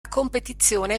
competizione